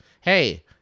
hey